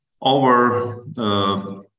over